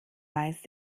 weiß